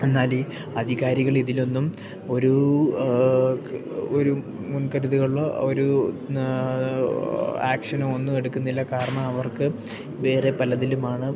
എന്നാൽ ഈ അധികാരികൾ ഇതിലൊന്നും ഒരൂ ഒരു മുൻകരുതുകൾ ഒരു ആക്ഷനു ഒന്നും എടുക്കുന്നില്ല കാരണം അവർക്ക് വേറെ പലതിലുമാണ്